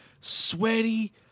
sweaty